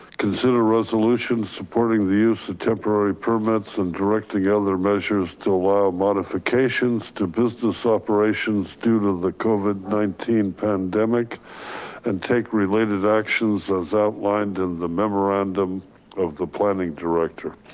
consider resolution supporting the use temporary permits and directing other measures to allow modifications to business operations due to the covid nineteen pandemic and take related actions as outlined in the memorandum of the planning director,